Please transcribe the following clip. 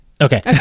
Okay